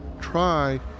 try